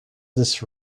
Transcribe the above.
this